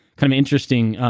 kind of interesting